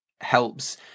helps